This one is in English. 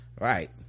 Right